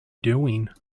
doing